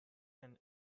and